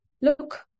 look